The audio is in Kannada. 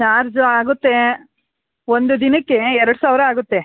ಚಾರ್ಜು ಆಗುತ್ತೆ ಒಂದು ದಿನಕ್ಕೆ ಎರಡು ಸಾವಿರ ಆಗುತ್ತೆ